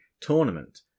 tournament